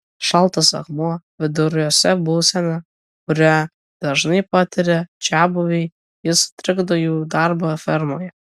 šaltas akmuo viduriuose būsena kurią dažnai patiria čiabuviai ji sutrikdo jų darbą fermoje